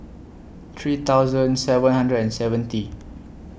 three thousand seven hundred and seventy